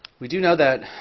we do know that